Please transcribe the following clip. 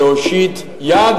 להושיט יד,